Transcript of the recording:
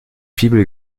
fibel